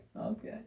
Okay